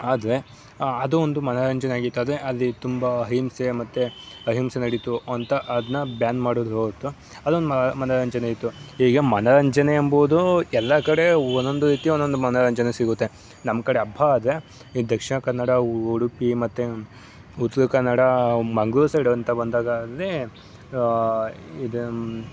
ಆದರೆ ಅದು ಒಂದು ಮನೋರಂಜನೆ ಆಗಿತ್ತು ಅದೇ ಅಲ್ಲಿ ತುಂಬ ಹಿಂಸೆ ಮತ್ತು ಅಹಿಂಸೆ ನಡೀತು ಅಂತ ಅದನ್ನ ಬ್ಯಾನ್ ಮಾಡಿದ್ರೆ ಹೊರತು ಅಲ್ಲೊಂದು ಮನೋರಂಜನೆ ಇತ್ತು ಹೀಗೆ ಮನೋರಂಜನೆ ಎಂಬುವುದು ಎಲ್ಲ ಕಡೆ ಒಂದೊಂದು ರೀತಿ ಒಂದೊಂದು ಮನೋರಂಜನೆ ಸಿಗುತ್ತೆ ನಮ್ಮ ಕಡೆ ಅಬ್ಬಾ ಆದರೆ ಈ ದಕ್ಷಿಣ ಕನ್ನಡ ಉಡುಪಿ ಮತ್ತೆ ಉತ್ತರ ಕನ್ನಡ ಮಂಗ್ಳೂರು ಸೈಡು ಅಂತ ಬಂದಾಗ ಅಲ್ಲಿ ಇದು